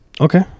Okay